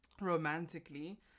romantically